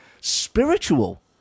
spiritual